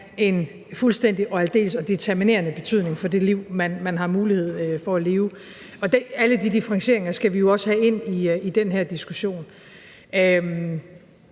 en fuldstændig og aldeles determinerende betydning for det liv, man har mulighed for at leve; alle de differentieringer skal vi jo også have ind i den her diskussion.